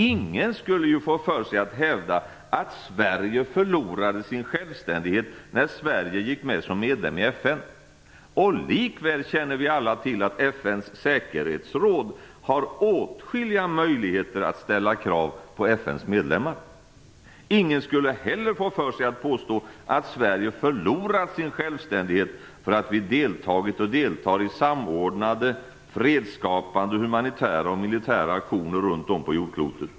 Ingen skulle få för sig att hävda att Sverige förlorade sin självständighet när Sverige gick med som medlem i FN. Och likväl känner vi alla till att FN:s säkerhetsråd har åtskilliga möjligheter att ställa krav på FN:s medlemmar. Ingen skulle heller få för sig att påstå att Sverige förlorat sin självständighet för att vi deltagit och deltar i samordnade fredsskapande, humanitära och militära aktioner runt om på jordklotet.